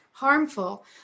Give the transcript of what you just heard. harmful